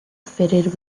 fitted